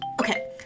okay